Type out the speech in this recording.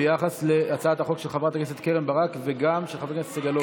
היא ביחס להצעת החוק של חברת הכנסת קרן ברק וגם של חבר הכנסת סגלוביץ'.